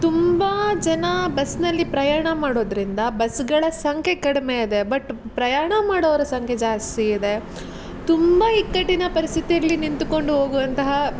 ತುಂಬ ಜನ ಬಸ್ನಲ್ಲಿ ಪ್ರಯಾಣ ಮಾಡೋದರಿಂದ ಬಸ್ಗಳ ಸಂಖ್ಯೆ ಕಡಿಮೆ ಇದೆ ಬಟ್ ಪ್ರಯಾಣ ಮಾಡೋವ್ರ ಸಂಖ್ಯೆ ಜಾಸ್ತಿ ಇದೆ ತುಂಬ ಇಕ್ಕಟ್ಟಿನ ಪರಿಸ್ಥಿತಿಯಲ್ಲಿ ನಿಂತುಕೊಂಡು ಹೋಗುವಂತಹ